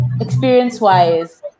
Experience-wise